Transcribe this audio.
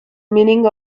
meaning